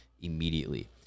immediately